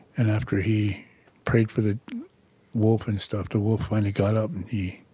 and after he prayed for the wolf and stuff, the wolf finally got up and he